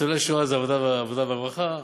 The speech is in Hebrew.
ניצולי שואה, זה עבודה ורווחה.